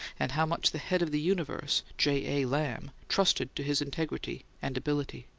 and how much the head of the universe, j. a. lamb, trusted to his integrity and ability.